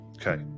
Okay